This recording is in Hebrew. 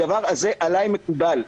הדבר הזה עליי מקובל.